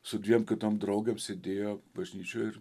su dviem kitom draugėm sėdėjo bažnyčioj ir